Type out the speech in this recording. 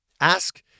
ask